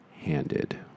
handed